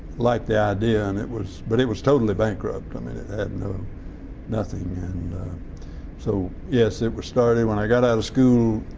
liked the idea and it was but it was totally bankrupt. i mean it had and um nothing. and so yes, it was started. when i got out of school